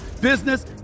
business